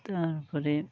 তারপরে